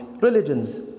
religions